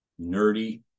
nerdy